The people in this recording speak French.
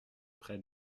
près